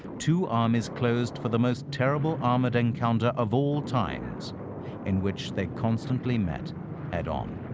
two armies closed for the most terrible armored encounter of all times in which they constantly met head on.